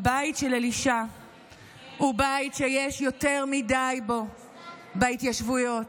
הבית של אלישע הוא בית שיש יותר מדי כמוהו בהתיישבויות.